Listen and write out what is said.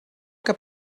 que